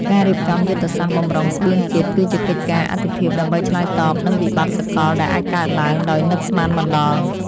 ការរៀបចំយុទ្ធសាស្ត្របម្រុងស្បៀងជាតិ គឺជាកិច្ចការអាទិភាពដើម្បីឆ្លើយតបនឹងវិបត្តិសកលដែលអាចកើតឡើងដោយនឹកស្មានមិនដល់។